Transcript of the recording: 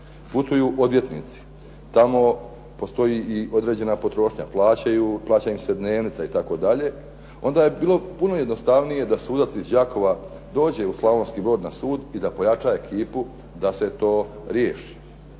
putuju odvjetnici, tamo postoji određena potrošnja, plaća im se dnevnica itd., onda je bilo puno jednostavnije da sudac iz Đakova dođe u Slavonski Brod na sud i da pojača ekipu da se to riješi.